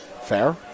Fair